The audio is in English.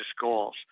goals